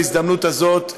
בהזדמנות הזאת,